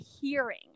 hearing